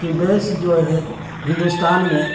کی بیس جو ہے ہندوستان میں